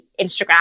Instagram